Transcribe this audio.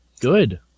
good